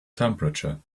temperature